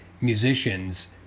musicians